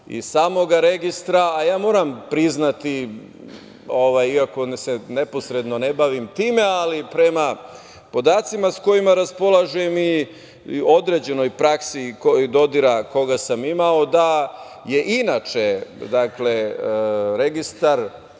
i samoga registra. Moram priznati, iako se neposredno ne bavim time, ali prema podacima sa kojima raspolažem i određenoj praksi i dodira koga sam imao, da je inače registar